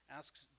asks